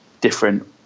different